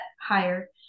higher